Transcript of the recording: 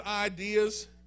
ideas